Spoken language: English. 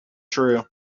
true